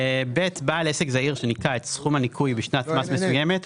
בעל עסק זעיר שניכה את סכום הניכוי בשנת מס מסוימת,